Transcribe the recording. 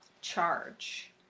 charge